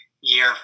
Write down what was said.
year